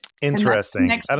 interesting